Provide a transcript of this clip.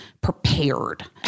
prepared